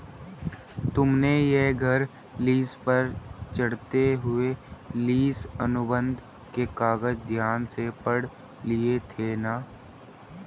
तुमने यह घर लीस पर चढ़ाते हुए लीस अनुबंध के कागज ध्यान से पढ़ लिए थे ना?